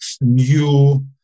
new